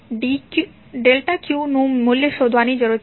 તમારે ∆q નું મૂલ્ય શોધવાની જરૂર છે